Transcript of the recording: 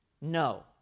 No